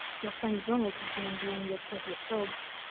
your friend ronald has been enjoying your chocolate frogs.